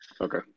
Okay